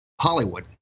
Hollywood